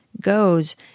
goes